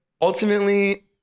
ultimately